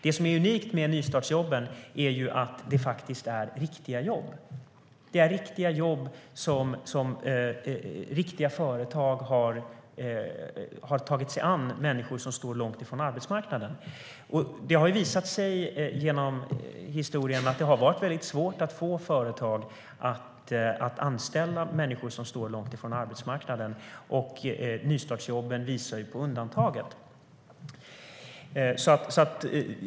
Det som är unikt med nystartsjobben är att det är riktiga jobb. Riktiga företag har tagit sig an människor som står långt ifrån arbetsmarknaden. Det har visat sig genom historien att det har varit väldigt svårt att få företag att anställa människor som står långt ifrån arbetsmarknaden, och nystartsjobben visar på undantaget.